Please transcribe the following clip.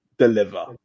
deliver